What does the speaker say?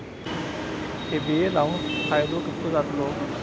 हे बिये लाऊन फायदो कितको जातलो?